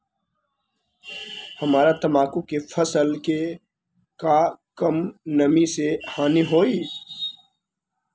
हमरा तंबाकू के फसल के का कम नमी से हानि होई?